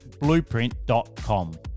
blueprint.com